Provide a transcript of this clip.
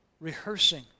rehearsing